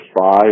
five